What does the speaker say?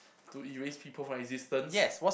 to erase people from existance